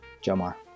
Jomar